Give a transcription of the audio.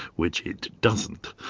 which it doesn't.